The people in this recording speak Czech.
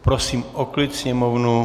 Prosím o klid sněmovnu.